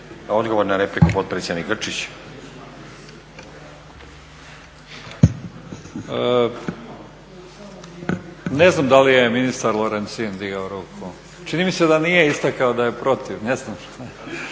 Odgovor na repliku potpredsjednik Grčić. **Grčić, Branko (SDP)** Ne znam da li je ministar Lorencin digao ruku. Čini mi se da nije istakao da je protiv, ne znam,